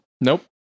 Nope